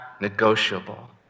negotiable